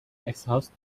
exhaust